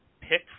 pick